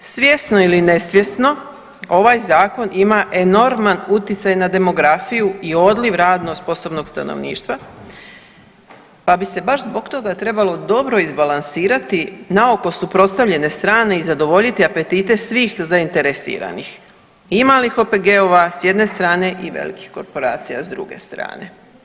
Svjesno ili nesvjesno ovaj zakon ima enorman utjecaj na demografiju i odliv radno sposobnog stanovništva pa bi se baš zbog toga trebalo dobro izbalansirati naoko suprotstavljene strane i zadovoljiti apetite svih zainteresiranih i malih OPG-ova s jedne strane i velikih korporacija s druge strane.